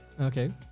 Okay